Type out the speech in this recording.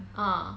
ah